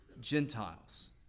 Gentiles